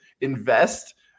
invest